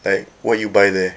like what you buy there